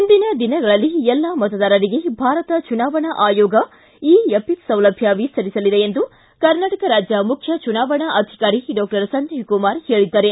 ಮುಂದಿನ ದಿನಗಳಲ್ಲಿ ಎಲ್ಲಾ ಮತದಾರರಿಗೆ ಭಾರತ ಚುನಾವಣಾ ಆಯೋಗ ಇ ಎಪಿಕ್ ಸೌಲಭ್ಯ ವಿಸ್ತರಿಸಲಿದೆ ಎಂದು ಕರ್ನಾಟಕ ರಾಜ್ಯ ಮುಖ್ಯ ಚುನವಾಣಾ ಅಧಿಕಾರಿ ಡಾಕ್ಟರ್ ಸಂಜೀವಕುಮಾರ್ ಹೇಳಿದ್ದಾರೆ